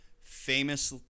famous